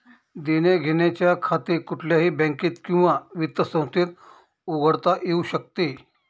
देण्याघेण्याचे खाते कुठल्याही बँकेत किंवा वित्त संस्थेत उघडता येऊ शकते